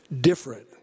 different